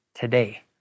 today